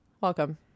welcome